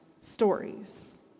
stories